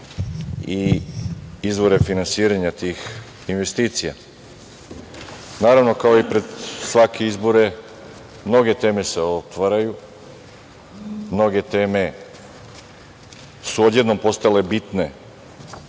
i izvore finansiranja tih investicija. Naravno, kao i pred svake izbore, mnoge teme se otvaraju. Mnoge teme su odjednom postale bitne